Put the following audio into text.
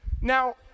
Now